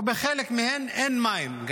ובחלק מהם גם אין מים,